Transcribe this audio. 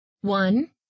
One